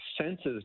senses